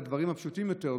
בדברים הפשוטים יותר,